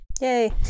yay